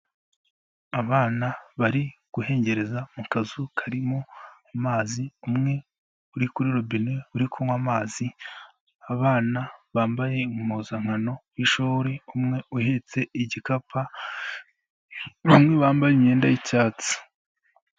Abana bari guhengereza mu kazu karimo amazi, umwe uri kuri robine uri kunywa amazi, abana bambaye impuzankano y'ishuri umwe uhetse igikapa, bamwe bambaye imyenda y'icyatsi.